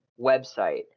website